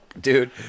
Dude